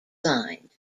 signed